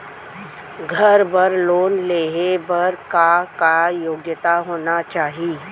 घर बर लोन लेहे बर का का योग्यता होना चाही?